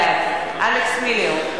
בעד אלכס מילר,